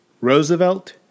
Roosevelt